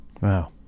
Wow